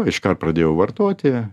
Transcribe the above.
iškart pradėjau vartoti